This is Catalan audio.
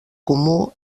comú